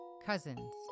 Cousins